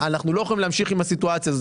אנחנו לא יכולים להמשיך עם הסיטואציה הזאת,